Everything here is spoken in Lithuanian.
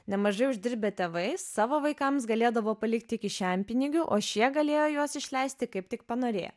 nemažai uždirbę tėvai savo vaikams galėdavo palikti kišenpinigių o šie galėjo juos išleisti kaip tik panorėję